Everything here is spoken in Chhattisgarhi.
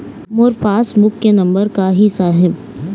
मोर पास बुक के नंबर का ही साहब?